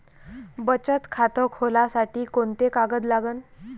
बचत खात खोलासाठी कोंते कागद लागन?